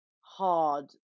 hard